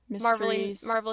Marvelous